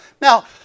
Now